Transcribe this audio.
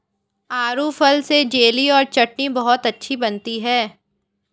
आड़ू फल से जेली और चटनी बहुत अच्छी बनती है